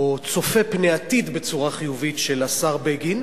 או צופה פני עתיד, בצורה החיובית של השר בגין,